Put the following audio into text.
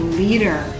leader